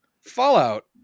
Fallout